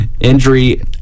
injury